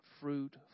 fruit